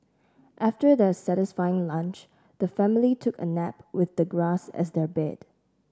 after their satisfying lunch the family took a nap with the grass as their bed